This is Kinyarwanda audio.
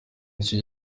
nicyo